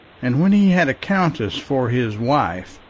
and when he had a countess for his wife,